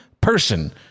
person